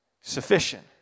sufficient